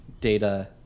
data